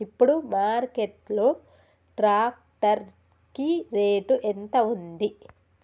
ఇప్పుడు మార్కెట్ లో ట్రాక్టర్ కి రేటు ఎంత ఉంది?